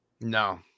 No